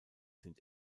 sind